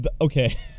okay